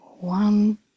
one